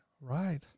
Right